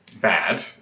bad